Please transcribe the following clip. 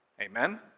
Amen